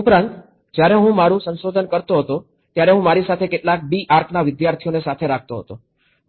ઉપરાંત જ્યારે હું મારું સંશોધન કરતો હતો ત્યારે હું મારી સાથે કેટલાક બી આર્કના વિદ્યાર્થીઓને સાથે રાખતો હતો